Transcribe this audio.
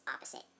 opposite